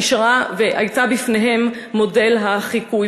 נשארה והייתה בפניהן מודל החיקוי.